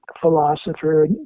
Philosopher